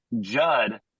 Judd